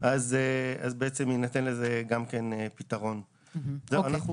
מתי